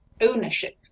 ownership